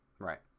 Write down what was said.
Right